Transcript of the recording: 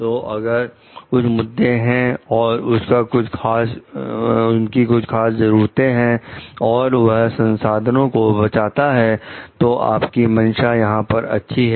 तो अगर कुछ मुद्दे हैं और उनकी कुछ खास जरूरतें हैं और यह संसाधनों को बचाता है तो आपकी मंशा यहां पर अच्छी है